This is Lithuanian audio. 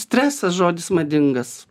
stresas žodis madingas